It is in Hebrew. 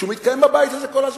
שמתקיים בבית הזה כל הזמן.